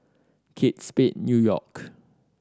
Kate Spade New York